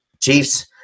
Chiefs